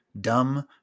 dumb